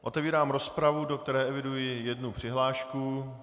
Otevírám rozpravu, do které eviduji jednu přihlášku.